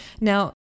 Now